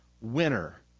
winner